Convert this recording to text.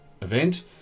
event